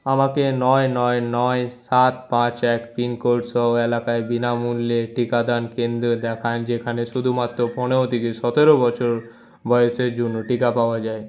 আমাকে নয় নয় নয় সাত পাঁচ এক পিনকোড সহ এলাকায় বিনামূল্যে টিকাদান কেন্দ্র দেখান যেখানে শুধুমাত্র পনেরো থেকে সতেরো বছর বয়সের জন্য টিকা পাওয়া যায়